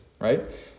right